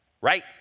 right